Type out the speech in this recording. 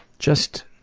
just